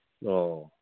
ꯑꯣ